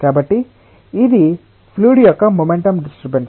కాబట్టి ఇది ఫ్లూయిడ్ యొక్క మొమెంటం డిస్టర్బన్స్